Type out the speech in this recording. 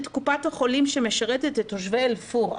את קופת החולים שמשרתת את תושבי אל פורעה.